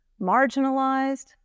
marginalized